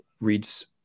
reads